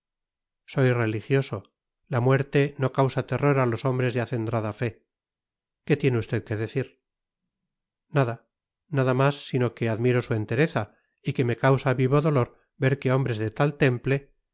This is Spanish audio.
soy religioso la muerte no causa terror a los hombres de acendrada fe qué tiene usted que decir nada nada más sino que admiro su entereza y que me causa vivo dolor ver que hombres de tal temple